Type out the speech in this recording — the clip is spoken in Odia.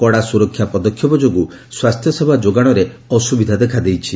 କଡ଼ା ସୁରକ୍ଷା ପଦକ୍ଷେପ ଯୋଗୁଁ ସ୍ୱାସ୍ଥ୍ୟସେବା ଯୋଗାଣରେ ଅସୁବିଧା ଦେଖାଦେଇଛି